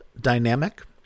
dynamic